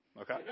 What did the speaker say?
Okay